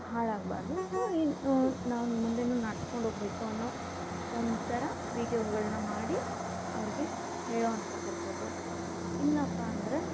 ಹಾಳಾಗಬಾರ್ದು so ನಾನು ಮುಂದೆನೂ ನಡೆಸಿಕೊಂಡೋಗ್ಬೇಕು ಅನ್ನೋ ಒಂಥರ ವೀಡ್ಯೋಗಳನ್ನ ಮಾಡಿ ಅವ್ರಿಗೆ ಹೇಳೋ ಅಂಥದ್ದಿರಬೋದು ಇಲ್ಲಪ್ಪ ಅಂದರೆ